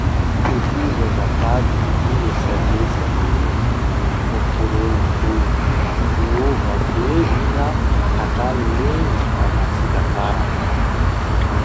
Tohizo azafady ity resadresaky noforony toy: niova be iha hatramin'ny nihaonantsika farany.